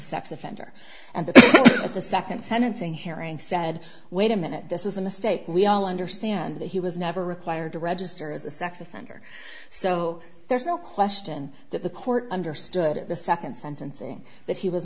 sex offender and at the second sentencing hearing said wait a minute this is a mistake we all understand that he was never required to register as a sex offender so there's no question that the court understood at the second sentencing that he was